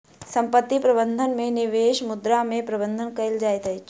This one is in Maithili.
संपत्ति प्रबंधन में निवेश मुद्रा के प्रबंधन कएल जाइत अछि